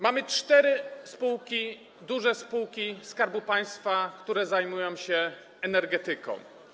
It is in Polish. Mamy cztery duże spółki Skarbu Państwa, które zajmują się energetyką.